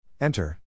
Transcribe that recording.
Enter